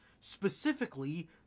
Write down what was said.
specifically